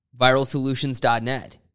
ViralSolutions.net